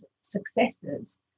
successes